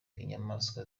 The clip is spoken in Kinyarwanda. inyamaswa